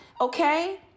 okay